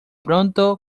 pronto